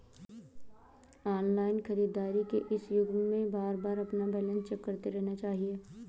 online खरीदारी के इस युग में बारबार अपना बैलेंस चेक करते रहना चाहिए